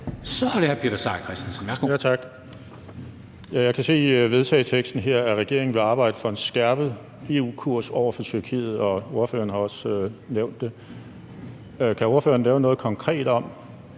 13:48 Peter Seier Christensen (NB): Tak. Jeg kan se i forslaget til vedtagelse her, at regeringen vil arbejde for en skærpet EU-kurs over for Tyrkiet, og ordføreren har også nævnt det. Kan ordføreren nævne noget konkret om,